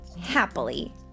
happily